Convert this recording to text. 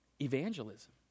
evangelism